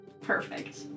Perfect